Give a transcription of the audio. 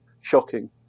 Shocking